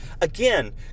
Again